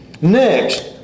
Next